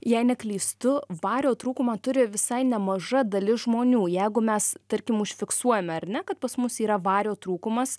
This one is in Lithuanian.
jei neklystu vario trūkumą turi visai nemaža dalis žmonių jeigu mes tarkim užfiksuojame ar ne kad pas mus yra vario trūkumas